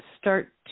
start